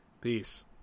Peace